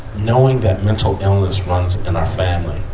knowing that mental illness runs in our family,